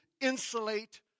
insulate